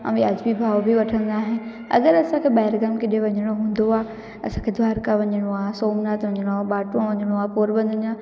ऐं वाजिबी भाव बि वठंदा आहिनि अगरि असांखे ॿाहिरि गांव किथे वञिणो हूंदो आहे असांखे द्वारका वञिणो आहे सोमनाथ वञिणो आहे बाटवो वञिणो आहे पोरबंदर वञां